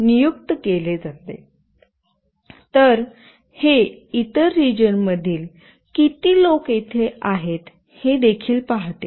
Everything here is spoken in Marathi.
तर हे इतर रिजन मधील किती लोक येथे आहे हे देखील पाहते